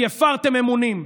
כי הפרתם אמונים.